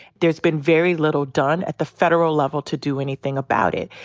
there's been very little done at the federal level to do anything about it.